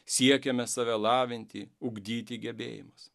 siekiame save lavinti ugdyti gebėjimus